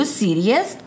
serious